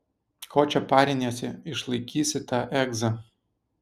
ko čia pariniesi išlaikysi tą egzą